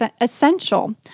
essential